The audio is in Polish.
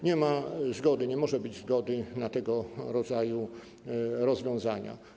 Nie ma zgody, nie może być zgody na tego rodzaju rozwiązania.